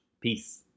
Peace